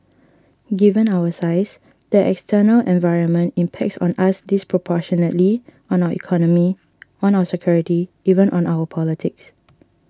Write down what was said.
given our size the external environment impacts on us disproportionately on our economy on our security even on our politics